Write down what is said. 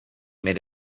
made